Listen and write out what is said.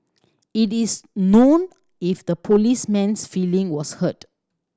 it is known if the policeman's feeling was hurt